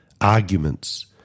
arguments